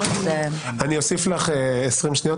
אני אוסיף לך 20 שניות.